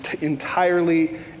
entirely